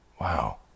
Wow